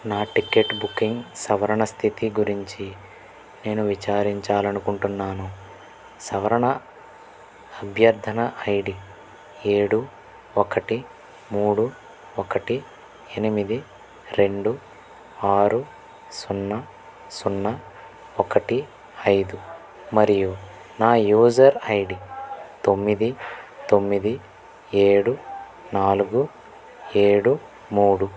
నా ticket booking సవరణ స్థితి గురించి నేను విచారించాలనుకుంటున్నాను సవరణ అభ్యర్థన ఐడీ ఏడు ఒకటి మూడు ఒకటి ఎనిమిది రెండు ఆరు సున్నా సున్నా ఒకటి ఐదు మరియు నా యూజర్ ఐడీ తొమ్మిది తొమ్మిది ఏడు నాలుగు ఏడు మూడు